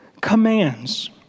commands